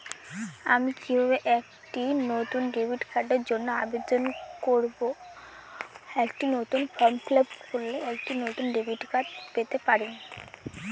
আমি কিভাবে একটি নতুন ডেবিট কার্ডের জন্য আবেদন করব?